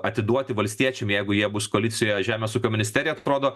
atiduoti valstiečiam jeigu jie bus koalicijoje žemės ūkio ministeriją atrodo